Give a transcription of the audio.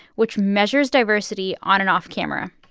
which measures diversity on and off camera.